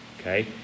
okay